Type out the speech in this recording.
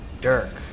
Dirk